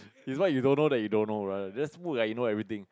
is what you don't know that you don't know brother just put you know everything